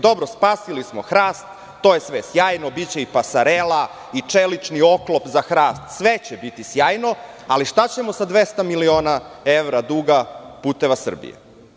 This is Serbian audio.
Dobro, spasili smo hrast, to je sve sjajno, biće i pasarela i čelični oklop za hrast, sve će biti sjajno, ali šta ćemo sa 200 miliona evra duga "Puteva Srbije"